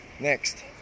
Next